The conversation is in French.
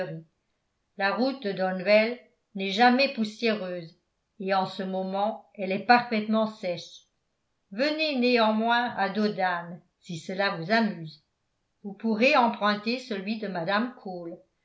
la route de donwell n'est jamais poussiéreuse et en ce moment elle est parfaitement sèche venez néanmoins à dos d'âne si cela vous amuse vous pourrez emprunter celui de mme cole